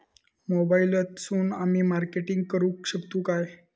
मोबाईलातसून आमी मार्केटिंग करूक शकतू काय?